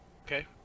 Okay